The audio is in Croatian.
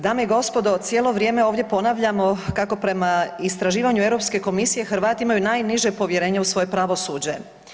Dame i gospodo cijelo vrijeme ovdje ponavljamo kako prema istraživanju Europske komisije Hrvati imaju najniže povjerenje u svoje pravosuđe.